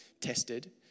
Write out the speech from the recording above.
tested